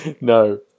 No